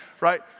right